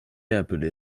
appelé